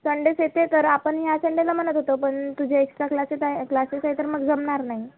संडेच येते तर आपण ह्या संडेला म्हणत होतो पण तुझे एक्स्ट्रा क्लासेस आहे क्लासेस आहे तर मग जमणार नाही